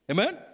Amen